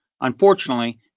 Unfortunately